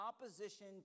opposition